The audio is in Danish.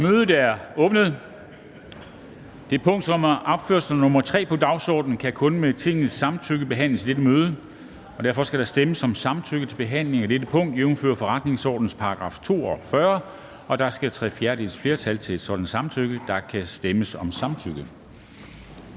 Kristensen): Det punkt, som er opført som nr. 3 på dagsordenen, kan kun med Tingets samtykke behandles i dette møde. Derfor skal der stemmes om samtykke til behandling af dette punkt, jævnfør forretningsordenens § 42, og der skal tre fjerdedeles flertal til et sådant samtykke. Kl. 10:15 Afstemning Formanden